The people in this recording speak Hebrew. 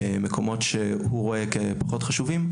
במקומות שהוא רואה כפחות חשובים.